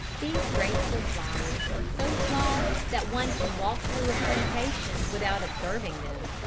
these graceful flowers are so small that one can walk through a plantation without observing them,